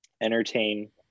entertain